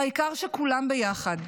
העיקר שכולם ביחד.